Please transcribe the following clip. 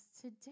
today